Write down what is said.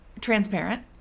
transparent